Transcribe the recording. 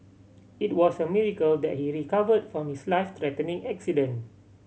it was a miracle that he recovered from his life threatening accident